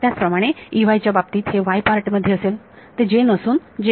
त्याचप्रमाणे च्या बाबतीत हे y पार्ट मध्ये असेल ते j नसून असेल